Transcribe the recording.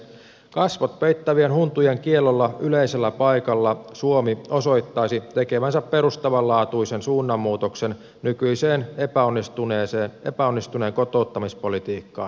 kasvot peittävien huntujen kiellolla yleisellä paikalla suomi osoittaisi tekevänsä perustavanlaatuisen suunnanmuutoksen nykyiseen epäonnistuneeseen kotouttamispolitiikkaan nähden